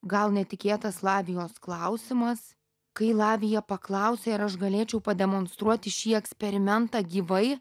gal netikėtas latvijos klausimas kai lavija paklausė ar aš galėčiau pademonstruoti šį eksperimentą gyvai